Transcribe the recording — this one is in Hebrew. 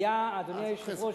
אדוני היושב-ראש,